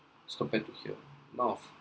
so back to here now of